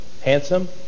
Handsome